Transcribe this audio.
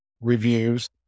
reviews